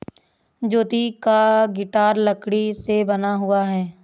ज्योति का गिटार लकड़ी से बना हुआ है